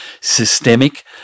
systemic